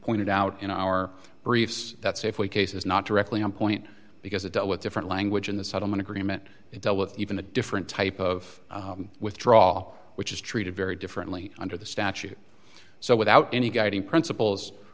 pointed out in our briefs that safeway case is not directly on point because it dealt with different language in the settlement agreement it dealt with even a different type of withdraw which is treated very differently under the statute so without any guiding principles